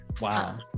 wow